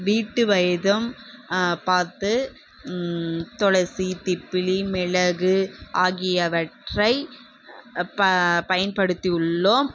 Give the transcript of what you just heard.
வீட்டு வைத்தியம் பார்த்து துளசி திப்பிலி மிளகு ஆகியவற்றை ப பயன்படுத்தி உள்ளோம்